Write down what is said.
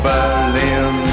Berlin